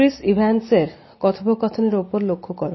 Chris Evans এর কথোপকথনের ওপর লক্ষ্য করো